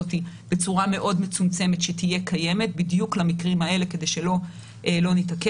הזאת בצורה מאוד מצומצמת שתהיה קיימת בדיוק למקרים האלה כדי שלא נתעכב.